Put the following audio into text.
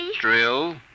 Drill